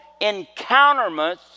encounterments